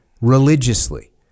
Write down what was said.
religiously